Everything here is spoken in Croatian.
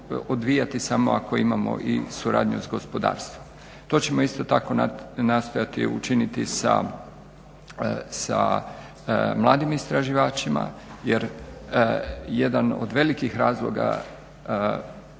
samo ako imamo i suradnju sa gospodarstvom. To ćemo isto tako nastojati učiniti sa mladim istraživačima, jer jedan od velikih razloga